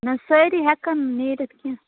نہَ سٲری ہٮ۪کَن نیٖرِتھ کیٚنٛہہ